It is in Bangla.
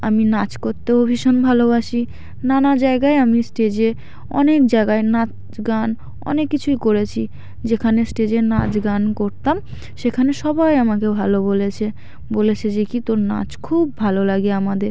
আমি নাচ করতেও ভীষণ ভালোবাসি নানা জায়গায় আমি স্টেজে অনেক জায়গায় নাচ গান অনেক কিছুই করেছি যেখানে স্টেজের নাচ গান করতাম সেখানে সবাই আমাকে ভালো বলেছে বলেছে যে কী তোর নাচ খুব ভালো লাগে আমাদের